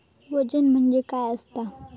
वजन म्हणजे काय असता?